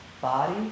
body